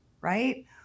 Right